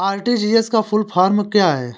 RTGS का full form क्या है?